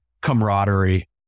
camaraderie